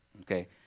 Okay